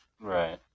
Right